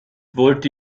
wollte